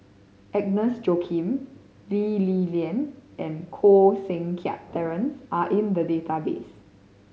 Agnes Joaquim Lee Li Lian and Koh Seng Kiat Terence are in the database